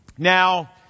Now